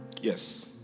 Yes